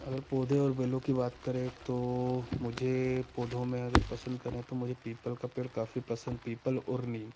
अगर पौधे और बेलों की बात करें तो मुझे पौधों में अगर पसंद करें तो मुझे पीपल का पेड़ काफी पसंद पीपल और नीम